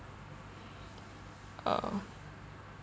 uh